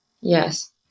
Yes